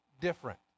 different